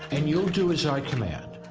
and you'll do as i command.